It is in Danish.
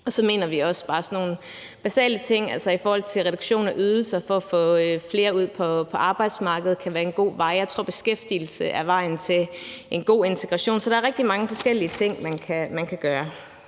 I forhold til sådan helt basale ting mener vi også, at reduktion af ydelser for at få flere ud på arbejdsmarkedet kan være en god vej. Jeg tror, at beskæftigelse er vejen til en god integration. Så der er rigtig mange forskellige ting, man kan gøre.